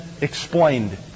explained